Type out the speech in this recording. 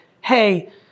hey